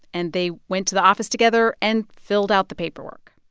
and they went to the office together and filled out the paperwork.